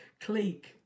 clique